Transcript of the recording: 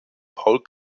paul